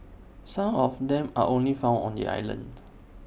some of them are only found on the island